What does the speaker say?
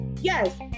Yes